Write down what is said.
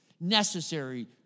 necessary